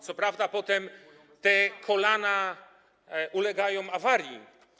Co prawda potem te kolana ulegają awarii.